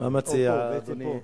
מה מציע אדוני?